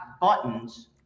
buttons